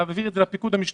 להבהיר את זה לפיקוד המשטרתי,